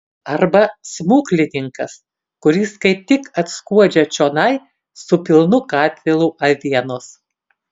arba smuklininkas kuris kaip tik atskuodžia čionai su pilnu katilu avienos